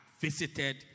visited